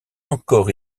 encore